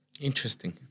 Interesting